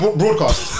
broadcast